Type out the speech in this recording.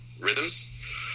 rhythms